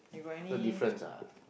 no difference ah